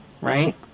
right